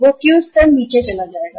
वह Q स्तर नीचे चला जाएगा